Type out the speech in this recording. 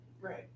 right